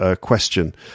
question